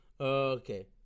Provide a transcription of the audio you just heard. okay